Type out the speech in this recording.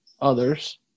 others